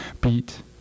beat